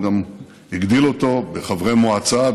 הוא גם הגדיל אותו בחברי מועצה,